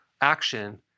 action